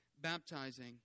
baptizing